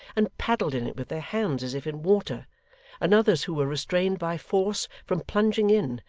and paddled in it with their hands as if in water and others who were restrained by force from plunging in,